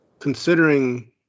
considering